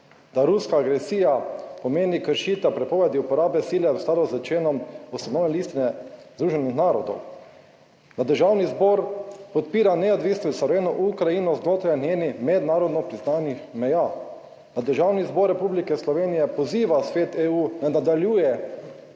da ruska agresija pomeni kršitev prepovedi uporabe sile v skladu z členom ustanovne listine Združenih narodov, da Državni zbor podpira neodvisno surovino Ukrajino znotraj njenih mednarodno priznanih meja, da Državni zbor Republike Slovenije poziva Svet EU, da nadaljuje